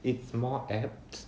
it's more apt